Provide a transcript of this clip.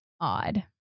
odd